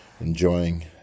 enjoying